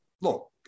look